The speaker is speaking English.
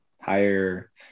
higher